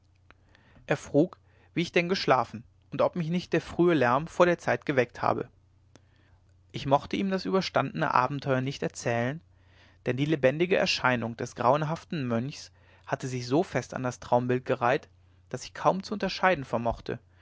er frug wie ich denn geschlafen und ob mich nicht der frühe lärm vor der zeit geweckt habe ich mochte ihm das überstandene abenteuer nicht erzählen denn die lebendige erscheinung des grauenhaften mönchs hatte sich so fest an das traumbild gereiht daß ich kaum zu unterscheiden vermochte